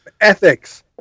Ethics